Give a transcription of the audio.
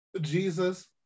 Jesus